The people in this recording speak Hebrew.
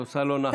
את עושה לו נחת.